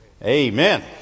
Amen